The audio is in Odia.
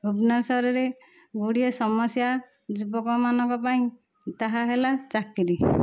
ଭୁବନେଶ୍ଵରରେ ଗୁଡ଼ିଏ ସମସ୍ୟା ଯୁବକ ମାନଙ୍କ ପାଇଁ ତାହା ହେଲା ଚାକିରି